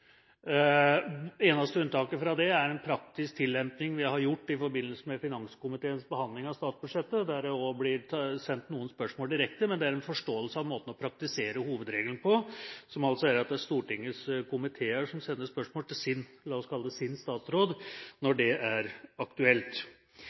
eneste unntaket fra det er en praktisk tillemping vi har gjort i forbindelse med finanskomiteens behandling av statsbudsjettet, der noen spørsmål blir sendt direkte. Men dette er en forståelse av måten å praktisere hovedregelen på, som altså er at Stortingets komiteer sender spørsmål til